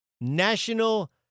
National